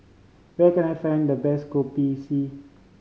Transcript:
where can I find the best Kopi C